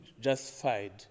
justified